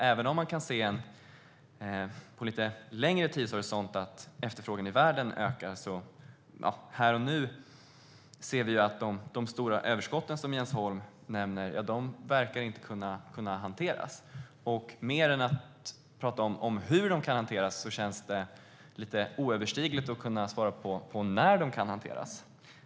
Även om man kan se i en lite längre tidshorisont att efterfrågan i världen ökar verkar de stora överskott som Jens Holm nämner inte kunna hanteras här och nu. Man talar om hur de kan hanteras, men det känns lite oöverstigligt att kunna få ett svar på när de kan hanteras.